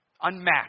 unmatched